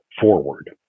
forward